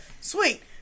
Sweet